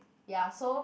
ya so